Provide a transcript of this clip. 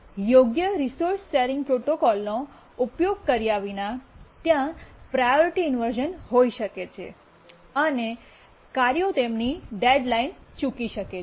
યોગ્ય resource sharing પ્રોટોકોલનો ઉપયોગ કર્યા વિના ત્યાં પ્રાયોરિટી ઇન્વર્શ઼ન હોઈ શકે છે અને કાર્યો તેમની ડેડ્લાઇન ચૂકી શકે છે